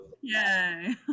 Yay